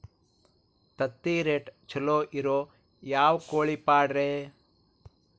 ತತ್ತಿರೇಟ್ ಛಲೋ ಇರೋ ಯಾವ್ ಕೋಳಿ ಪಾಡ್ರೇ?